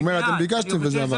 הוא אומר, אתם ביקשתם וזה עבר.